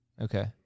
Okay